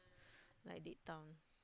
like dead town